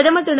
பிரதமர் திரு